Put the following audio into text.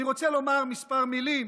אני רוצה לומר כמה מילים